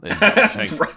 Right